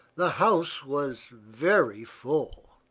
the house was very full.